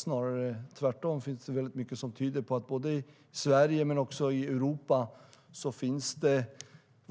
Snarare tvärtom finns det mycket som tyder på att